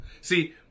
See